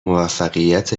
موفقیت